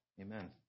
Amen